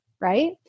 right